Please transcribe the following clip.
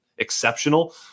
exceptional